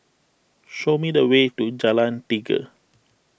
show me the way to Jalan Tiga